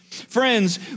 Friends